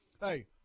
Hey